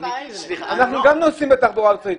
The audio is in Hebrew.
אנחנו גם נוסעים בתחבורה ציבורית.